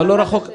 בעזרת השם.